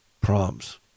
proms